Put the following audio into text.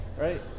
right